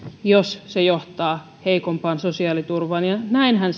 jos se johtaa heikompaan sosiaaliturvaan ja näinhän